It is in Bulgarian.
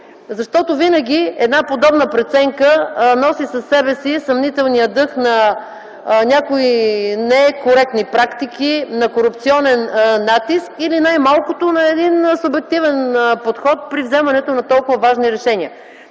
Защото винаги една подобна преценка носи със себе си съмнителния дъх на някои некоректни практики, на корупционен натиск или най-малкото – на един субективен подход, при вземането на толкова важни решения.